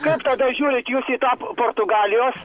kaip tada žiūrit jūs į tą portugalijos